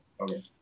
Okay